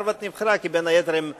הארוורד נבחרה כי בין היתר הם מממנים,